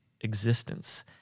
existence